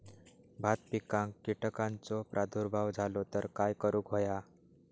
भात पिकांक कीटकांचो प्रादुर्भाव झालो तर काय करूक होया?